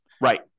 Right